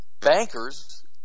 bankers